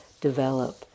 develop